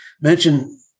mention